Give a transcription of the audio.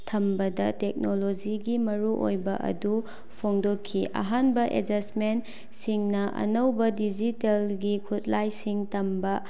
ꯊꯝꯕꯗ ꯇꯦꯛꯅꯣꯂꯣꯖꯤꯒꯤ ꯃꯔꯨꯑꯣꯏꯕ ꯑꯗꯨ ꯐꯣꯡꯗꯣꯛꯈꯤ ꯑꯍꯥꯟꯕ ꯑꯦꯖꯁꯃꯦꯟꯁꯤꯡꯅ ꯑꯅꯧꯕ ꯗꯤꯖꯤꯇꯦꯜꯒꯤ ꯈꯨꯠꯂꯥꯏꯁꯤꯡ ꯇꯝꯕ